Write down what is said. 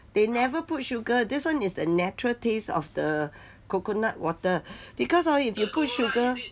they never put sugar this one is the natural taste of the coconut water because hor if you put sugar